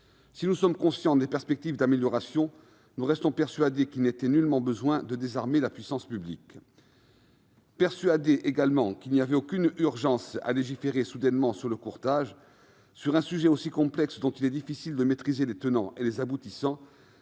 Si nous sommes conscients des perspectives d'amélioration, nous restons persuadés qu'il n'était nullement besoin de désarmer la puissance publique. Nous sommes également convaincus qu'il n'y avait aucune urgence à légiférer soudainement sur le courtage. C'est un sujet très complexe, dont il est difficile de maîtriser les tenants et les aboutissants.